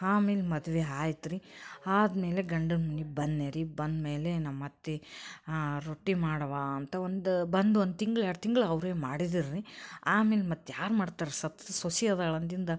ಆಮೇಲೆ ಮದುವೆ ಆಯ್ತ್ ರೀ ಆದಮೇಲೆ ಗಂಡನ ಮನಿಗೆ ಬಂದ್ನಿ ರೀ ಬಂದು ಮೇಲೆ ನಮ್ಮ ಅತ್ತೆ ರೊಟ್ಟಿ ಮಾಡವ್ವಾ ಅಂತ ಒಂದು ಬಂದು ಒಂದು ತಿಂಗ್ಳು ಎರಡು ತಿಂಗ್ಳು ಅವರೇ ಮಾಡಿದ್ರು ರೀ ಆಮೇಲೆ ಮಾತ್ಯಾರು ಮಾಡ್ತಾರೆ ಸ ಸೊಸೆ ಅದಾಳ ಅಂದಿಂದ